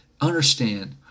understand